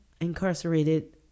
incarcerated